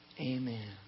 Amen